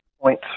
point